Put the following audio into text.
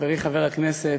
חברי חבר הכנסת,